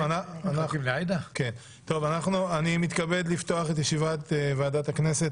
שלום לכולם, אני מתכבד לפתוח את ישיבת ועדת הכנסת.